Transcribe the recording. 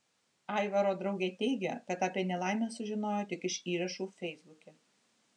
aivaro draugė teigia kad apie nelaimę sužinojo tik iš įrašų feisbuke